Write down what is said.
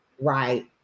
Right